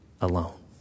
alone